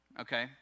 Okay